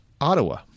Ottawa